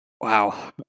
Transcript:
Wow